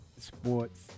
sports